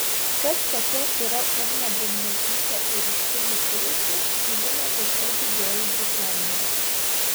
kas tokia yra ugnė bubnaitytė ir iš kur ji kilusi žino visa didžioji britanija